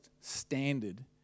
standard